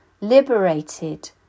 liberated